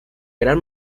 gran